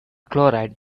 chloride